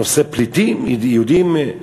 נושא פליטים יהודים?